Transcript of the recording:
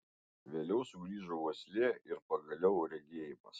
vėliau sugrįžo uoslė ir pagaliau regėjimas